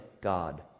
God